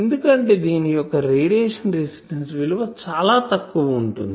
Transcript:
ఎందుకంటే దీని యొక్క రేడియేషన్ రెసిస్టెన్సు విలువ చాలా తక్కువ వుంటుంది